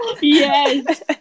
Yes